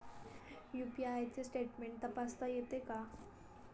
UPI चे statement तपासता येते का?